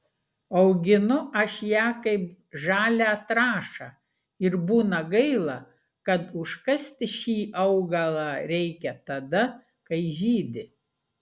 auginu aš ją kaip žalią trąšą ir būna gaila kad užkasti šį augalą reikia tada kai žydi